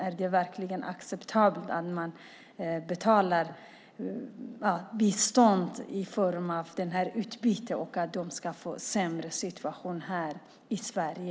Är det verkligen acceptabelt att man betalar bistånd i form av detta utbyte och att de ska få en sämre situation här i Sverige?